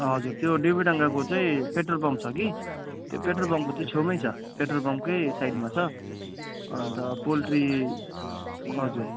हजुर त्यो देवीडाँडाको चाहिँ पेट्रोल पम्प छ कि त्यो पेट्रोल पम्पको चाहिँ छेउमै छ पेट्रोल पम्पकै साइडमा छ अन्त पोल्ट्री हजुर